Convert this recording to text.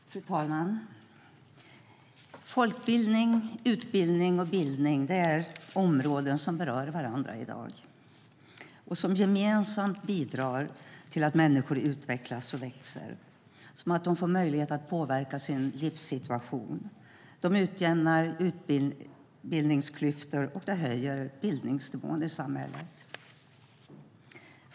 Fru talman! Folkbildning, utbildning och bildning är områden som berör varandra i dag och gemensamt bidrar till att människor utvecklas och växer. De får möjlighet att påverka sin livssituation. De utjämnar utbildningsklyftor, och de höjer bildningsnivån i samhället.